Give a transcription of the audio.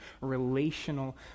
relational